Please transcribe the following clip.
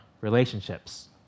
relationships